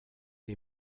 les